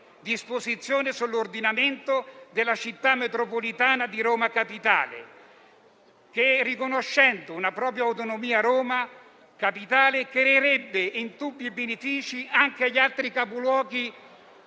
disposizioni sull'ordinamento della Città metropolitana di Roma Capitale che, riconoscendo ad essa una propria autonomia, creerebbe indubbi benefici anche agli altri capoluoghi